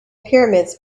pyramids